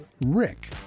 Rick